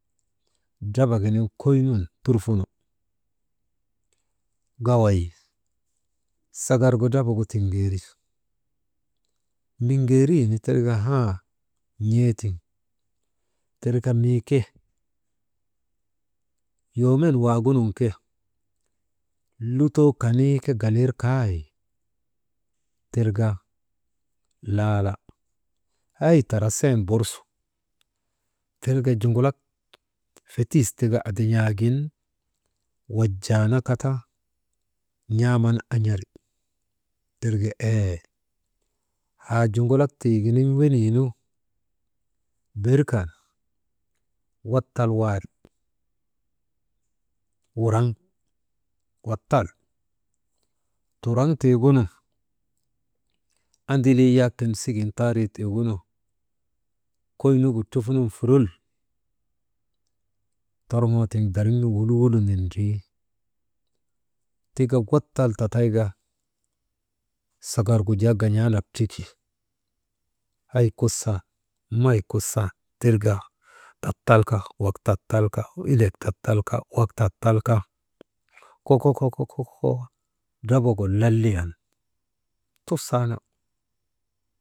Drabak giniŋ koynun turfuno, ŋaway sagargu drabagu tiŋeeri mbiŋeerin tirka haa n̰eetiŋ tirka mii ke women waagunun ke, lutoo kanii ke galir kay tirka laala hay tara seenu bursu, tirka juŋulak fetis tika adin̰aagin wajaanakata n̰aaman an̰ari, irka eeey haa juŋulak tiiginiŋ weniinu Berkan watal waari wuraŋ watal, turaŋ tiigunu, andalii yak kemsigin taa rii tiigunu, koynugu trufunun furul torŋoo tiigunu dariŋ nugu wulu wulu nindrii, tika wattal tatayka, sagargu jaa gan̰aanak triki, hey kusan, may kusan tirka tatalka, wak tatalka ilek tatalka, koko, koko, koko drabagu laliyan tusaana.